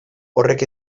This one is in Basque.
horrek